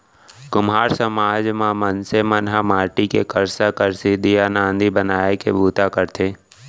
कुम्हार समाज म मनसे मन ह माटी के करसा, करसी, दीया, नांदी बनाए के बूता करथे